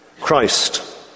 Christ